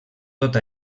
tot